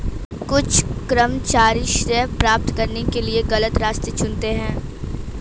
कुछ कर्मचारी श्रेय प्राप्त करने के लिए गलत रास्ते चुनते हैं